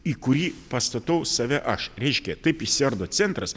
į kurį pastatau save aš reiškia taip išsiardo centras